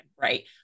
Right